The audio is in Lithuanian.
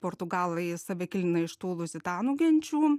portugalai save kildina iš tų luzitanų genčių